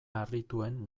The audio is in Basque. harrituen